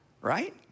Right